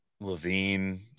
levine